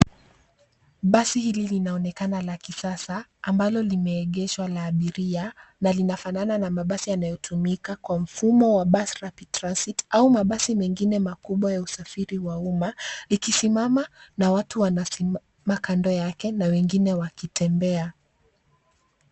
Basi linaonekana la kisasa ambalo limeegeshwa la abiria na linafanana na mabasi yanayotumika kwa mfumo wa bus rapid transit au mabasi mengine makubwa ya usafiri wa umma ikisimama na watu wanasimama kando yake na wengine wakitembea.